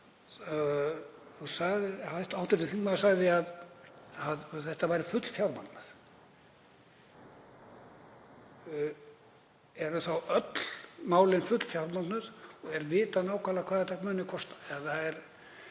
að hv. þingmaður sagði að þetta væri fullfjármagnað. Eru þá öll málin fullfjármögnuð og er vitað nákvæmlega hvað þetta muni kosta?